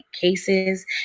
cases